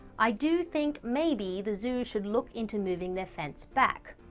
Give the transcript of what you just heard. i do think maybe the zoo should look into moving their fence back.